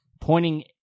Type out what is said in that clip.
pointing